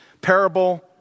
parable